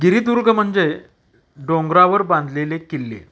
गिरीदुर्ग म्हणजे डोंगरावर बांधलेले किल्ले